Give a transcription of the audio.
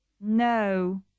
No